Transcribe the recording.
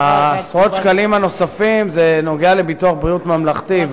עשרות השקלים הנוספים נוגעים לביטוח בריאות ממלכתי,